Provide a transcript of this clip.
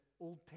old